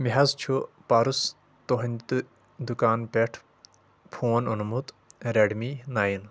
مےٚ حظ چھُ پرُس تُہنٛدِ تہٕ دُکان پٮ۪ٹھ فون اوٚنمُت ریڈ می نایِن